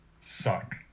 suck